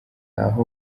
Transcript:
aho